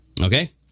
Okay